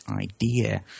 idea